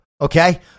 Okay